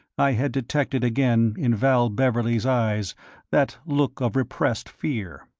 i had detected again in val beverley's eyes that look of repressed fear.